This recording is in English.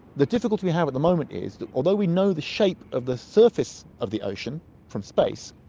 the difficulty we have at the moment is that although we know the shape of the surface of the ocean from space,